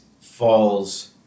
falls